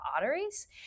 arteries